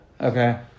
Okay